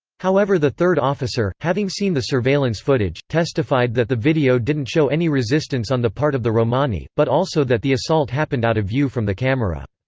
however the third officer, having seen the surveillance footage, testified that the video didn't show any resistance on the part of the romani, but also that the assault happened out of view from the camera.